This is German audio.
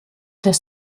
des